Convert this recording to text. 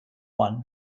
one